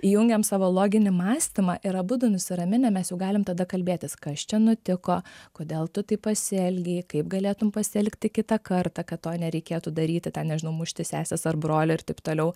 įjungiam savo loginį mąstymą ir abudu nusiraminę mes jau galim tada kalbėtis kas čia nutiko kodėl tu taip pasielgei kaip galėtum pasielgti kitą kartą kad to nereikėtų daryti ten nežinau mušti sesės ar brolio ir taip toliau